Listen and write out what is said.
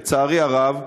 לצערי הרב,